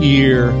Year